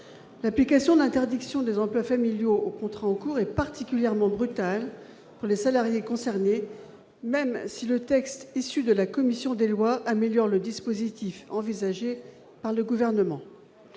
L'application de l'interdiction des emplois familiaux aux contrats en cours est particulièrement brutale pour les salariés concernés, même si le texte issu de la commission des lois améliore le dispositif envisagé par le Gouvernement.